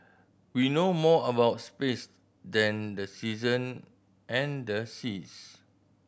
we know more about space than the season and the seas